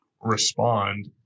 respond